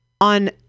on